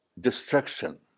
destruction